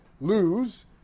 lose